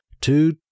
two